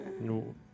No